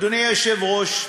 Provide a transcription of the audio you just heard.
אדוני היושב-ראש,